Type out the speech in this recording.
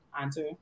answer